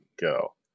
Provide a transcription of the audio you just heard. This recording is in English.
go